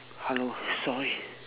hello sorry